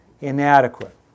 inadequate